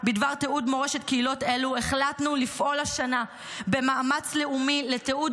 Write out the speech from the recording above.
בדבר תיעוד מורשת קהילות אלו החלטנו לפעול השנה במאמץ לאומי לתיעוד